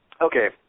Okay